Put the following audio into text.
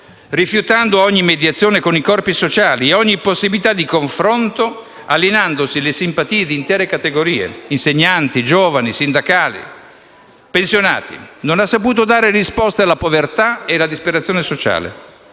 rifiutando ogni mediazione con i corpi sociali ed ogni possibilità di confronto, alienandosi le simpatie di intere categorie (insegnanti, giovani, sindacati, pensionati); non ha saputo dare risposte alla povertà ed alla disperazione sociale,